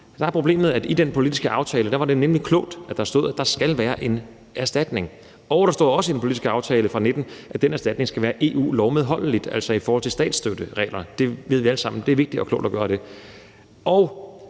så er problemet, at der i den politiske aftale fra 2019 nemlig klogt stod, at der skal være en erstatning, og at der også står, at den erstatning skal være EU-medholdelig, altså i forhold til statsstøttereglerne, og det ved vi alle sammen er vigtigt og klogt at gøre. Og